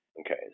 Okay